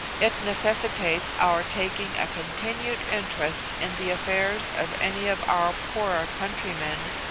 it necessitates our taking a continued interest in the affairs of any of our poorer countrymen,